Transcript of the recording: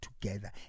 together